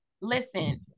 listen